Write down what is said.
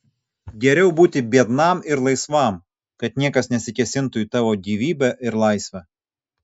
geriau būti biednam ir laisvam kad niekas nesikėsintų į tavo gyvybę ir laisvę